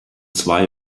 zwei